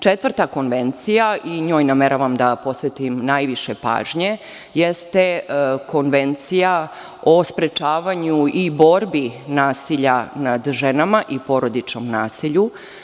Četvrta konvencija, i njoj nameravam da posvetim najviše pažnje, jeste konvencija o sprečavanju i borbi protiv nasilja nad ženama i porodičnom nasilju.